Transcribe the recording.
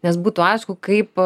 nes būtų aišku kaip